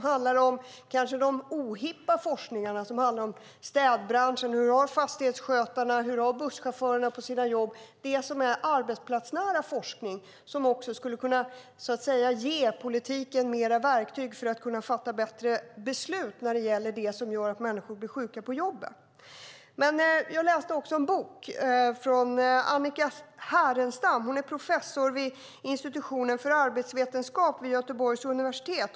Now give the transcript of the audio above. Kanske sker inte de ohippa forskningarna som handlar om städbranschen, om hur fastighetsskötarna och busschaufförerna har det på sina jobb - det som är arbetsplatsnära forskning som skulle kunna ge politiken fler verktyg för att kunna fatta bättre beslut när det gäller det som gör att människor blir sjuka på jobben. Jag har läst en bok av Annika Härenstam. Hon är professor vid institutionen för arbetsvetenskap på Göteborgs universitet.